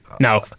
No